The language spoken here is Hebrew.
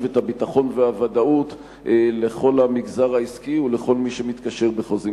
את הביטחון והוודאות לכל המגזר העסקי ולכל מי שמתקשר בחוזים,